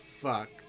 fuck